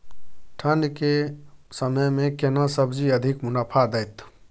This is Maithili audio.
ठंढ के समय मे केना सब्जी अधिक मुनाफा दैत?